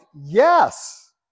Yes